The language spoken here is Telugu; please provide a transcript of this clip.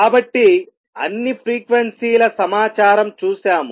కాబట్టి అన్ని ఫ్రీక్వెన్సీల సమాచారం చూసాము